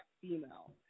female